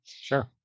Sure